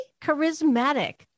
Charismatic